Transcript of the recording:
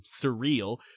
surreal